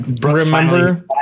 remember